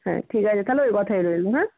হ্যাঁ ঠিক আছে তাহলে ওই কথাই রইল হ্যাঁ